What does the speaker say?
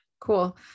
cool